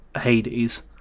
Hades